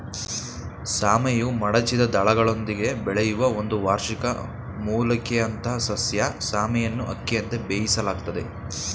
ಸಾಮೆಯು ಮಡಚಿದ ದಳಗಳೊಂದಿಗೆ ಬೆಳೆಯುವ ಒಂದು ವಾರ್ಷಿಕ ಮೂಲಿಕೆಯಂಥಸಸ್ಯ ಸಾಮೆಯನ್ನುಅಕ್ಕಿಯಂತೆ ಬೇಯಿಸಲಾಗ್ತದೆ